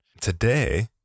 Today